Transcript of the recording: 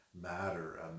matter